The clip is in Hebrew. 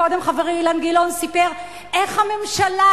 וקודם חברי אילן גילאון סיפר איך הממשלה